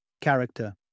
Character